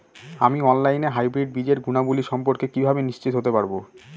আমি অনলাইনে হাইব্রিড বীজের গুণাবলী সম্পর্কে কিভাবে নিশ্চিত হতে পারব?